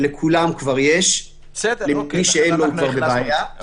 שלכולם כבר יש, ומי שאין לו הוא כבר בבעיה.